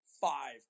five